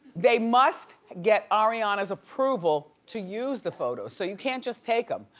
they must get ariana's approval to use the photos. so you can't just take them.